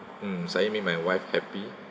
mm sayid made my wife happy